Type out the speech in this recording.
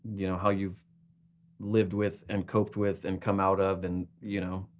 you know how you live with and cope with and come out of, and you know